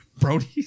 Brody